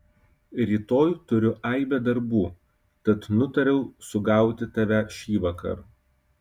rytoj turiu aibę darbų tad nutariau sugauti tave šįvakar